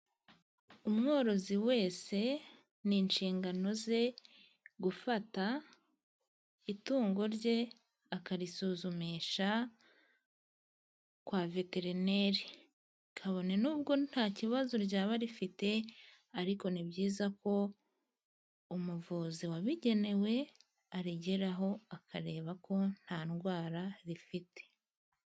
Umworozi wese ni inshingano ze gufata itungo rye akarisuzumisha kwa Veterineri, kabone n'ubwo nta kibazo ryaba rifite, ariko ni byiza ko umuvuzi wabigenewe, arigeraho akareba ko nta ndwara rifite.